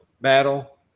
battle